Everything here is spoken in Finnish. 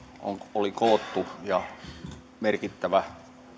oli koottu ja merkittävä